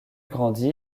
grandit